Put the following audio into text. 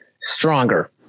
stronger